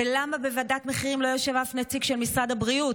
ולמה בוועדת מחירים לא יושב אף נציג של משרד הבריאות.